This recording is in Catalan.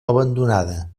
abandonada